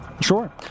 sure